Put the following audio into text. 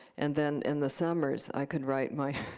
and then in the summers, i could write my